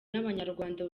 n’abanyarwanda